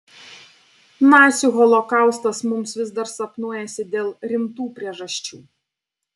nacių holokaustas mums vis dar sapnuojasi dėl rimtų priežasčių